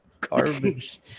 garbage